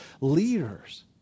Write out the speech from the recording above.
leaders